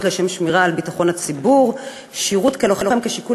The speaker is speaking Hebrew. לשם שמירה על ביטחון הציבור (שירות כלוחם כשיקול